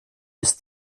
ist